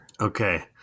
Okay